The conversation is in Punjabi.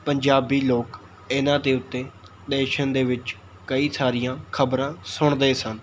ਪੰਜਾਬੀ ਲੋਕ ਇਨ੍ਹਾਂ ਦੇ ਉੱਤੇ ਟੇਸ਼ਨ ਦੇ ਵਿੱਚ ਕਈ ਸਾਰੀਆਂ ਖਬਰਾਂ ਸੁਣਦੇ ਸਨ